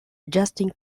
justine